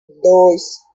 dois